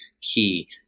key